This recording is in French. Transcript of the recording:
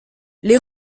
les